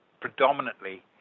predominantly